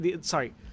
Sorry